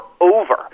over